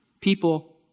people